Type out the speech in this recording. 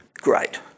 Great